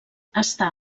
està